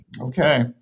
Okay